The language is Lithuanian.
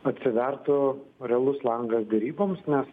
atsivertų realus langas deryboms nes